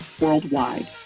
worldwide